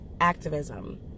activism